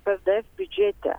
psd biudžete